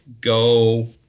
Go